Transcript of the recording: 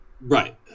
Right